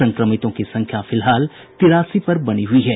संक्रमितों की संख्या फिलहाल तिरासी पर बनी हुई है